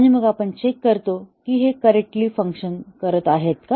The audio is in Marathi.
आणि मग आपण चेक करतो की हे करेक्ट्ली फंक्शन करत आहेत का